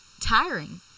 tiring